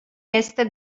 este